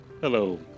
Hello